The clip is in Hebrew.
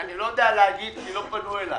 אני לא יודע להגיד כי לא פנו אליי.